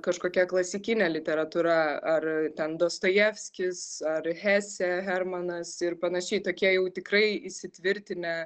kažkokia klasikinė literatūra ar ten dostojevskis ar hesė hermanas ir panašiai tokie jau tikrai įsitvirtinę